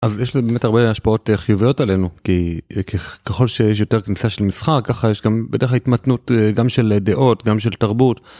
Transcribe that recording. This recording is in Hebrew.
אז יש באמת הרבה השפעות חיוביות עלינו כי ככל שיש יותר כניסה של משחק ככה יש גם בדרך ההתמתנות גם של דעות גם של תרבות.